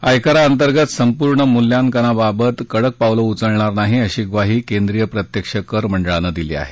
आयकराअंतर्गत संपूर्ण मूल्यांकनाबाबत कडक पावलं उचलणार नाही अशी ग्वाही केंद्रीय प्रत्यक्ष कर मंडळानं दिली आहे